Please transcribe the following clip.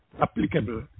applicable